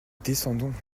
descendons